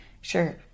sure